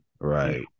Right